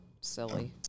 silly